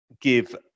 give